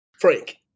Frank